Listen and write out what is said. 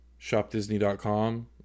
ShopDisney.com